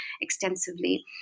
extensively